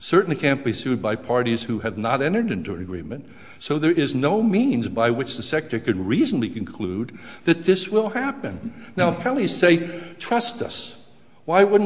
certainly can't be sued by parties who have not entered into an agreement so there is no means by which the sector could reasonably conclude that this will happen now kelly say trust us why would